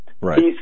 Right